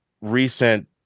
recent